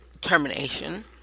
termination